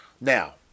Now